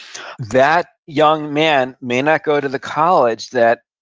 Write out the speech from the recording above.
that young man may not go to the college that,